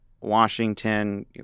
Washington